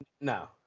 No